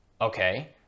Okay